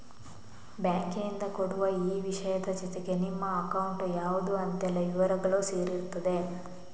ಬ್ಯಾಂಕಿನಿಂದ ಕೊಡುವ ಈ ವಿಷಯದ ಜೊತೆಗೆ ನಿಮ್ಮ ಅಕೌಂಟ್ ಯಾವ್ದು ಅಂತೆಲ್ಲ ವಿವರಗಳೂ ಸೇರಿರ್ತದೆ